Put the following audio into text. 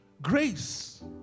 Grace